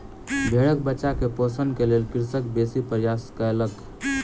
भेड़क बच्चा के पोषण के लेल कृषक बेसी प्रयास कयलक